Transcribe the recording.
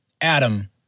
Adam